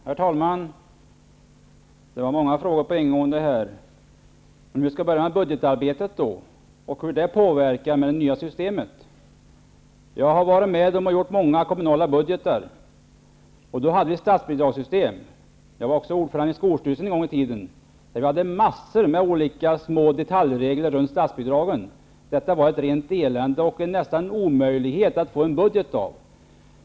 Herr talman! Det var många frågor på en gång. Jag skall börja med frågan om budgetarbetet och om hur det påverkar med det nya systemet. Jag har varit med om att göra många kommunala budgetar, med ett statsbidragssystem. Jag var också ordförande i skolstyrelsen en gång i tiden. Vi hade då en mängd små detaljregler beträffande statsbidragen att ta hänsyn till. Detta var ett rent elände, och det var nästan omöjligt att göra en budget.